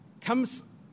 comes